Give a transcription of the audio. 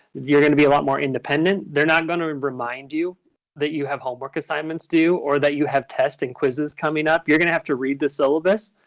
you're going to be a lot more independent. they're not going to and remind you that you have homework assignments due or that you have tests and quizzes coming up. you're going to have to read the syllabus,